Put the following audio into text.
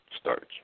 starts